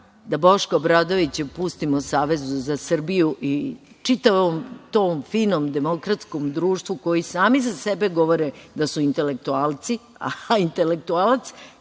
da Boška Obradovića pustimo Savezu za Srbiju i čitavom tom finom demokratskom društvu koji sami za sebe govore da su intelektualci, a intelektualac,